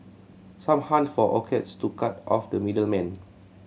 some hunt for orchards to cut out the middle man